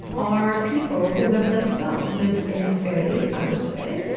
are people who have themselves lived in a fairly, i would say,